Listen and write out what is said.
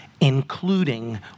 including